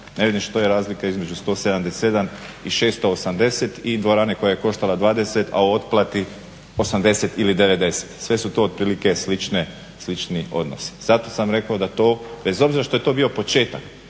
Ne vidim što je razlika između 177 i 680 i dvorane koja je koštala 20, a o otplati 80 ili 90. Sve su to otprilike slični odnosi. Zato sam rekao da to bez obzira što je to bio početak